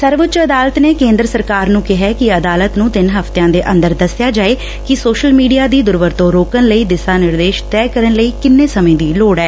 ਸਰਵਉੱਚ ਅਦਾਲਤ ਨੇ ਕੇਂਦਰ ਸਰਕਾਰ ਨੂੰ ਕਿਹੈ ਕਿ ਅਦਾਲਤ ਨੂੰ ਤਿੰਨ ਹਫਤਿਆਂ ਦੇ ਅੰਦਰ ਦਸਿਆ ਜਾਏ ਕਿ ਸੋਸ਼ਲ ਮੀਡੀਆ ਦੀ ਦੁਰਵਰਤੋਂ ਰੋਕਣ ਲਈ ਦਿਸ਼ਾ ਨਿਰੇਦਸ਼ ਤੈਅ ਕਰਨ ਲਈ ਕਿੰਨੇ ਸਮੇਂ ਦੀ ਲੋੜ ਐ